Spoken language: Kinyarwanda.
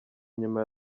nyuma